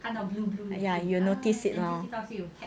ya you notice it lor